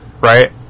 right